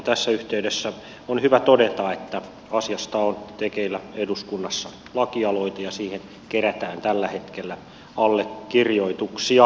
tässä yhteydessä on hyvä todeta että asiasta on tekeillä eduskunnassa lakialoite ja siihen kerätään tällä hetkellä allekirjoituksia